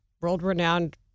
world-renowned